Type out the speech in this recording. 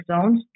zones